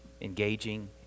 engaging